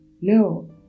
No